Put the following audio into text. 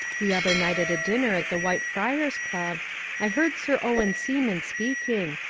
the other night at a dinner at the white friars club i heard sir owen seaman speaking,